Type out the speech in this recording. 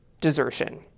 desertion